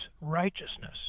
righteousness